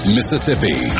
Mississippi